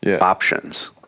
options